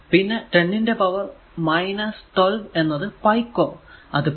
പിന്നെ 10 ന്റെ പവർ 12 എന്നത് പൈകോ അത് p